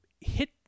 hit